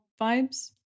vibes